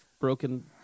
broken